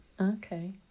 Okay